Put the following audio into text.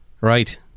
Right